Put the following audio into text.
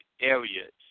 areas